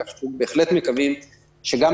כך שאנחנו בהחלט מקווים שבמהלך החודשים הקרובים